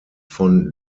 von